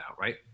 right